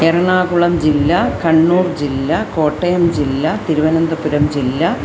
एरणाकुळं जिल्ला कण्णूर्जिल्ला कोटयं जिल्ला तिरुवनन्तपुरं जिल्ला